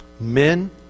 Men